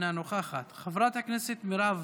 אינה נוכחת, חברת הכנסת מירב